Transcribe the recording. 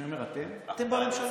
כשאני אומר "אתם" אתם בממשלה.